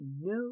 no